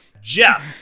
Jeff